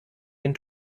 den